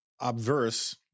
obverse